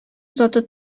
заты